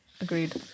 agreed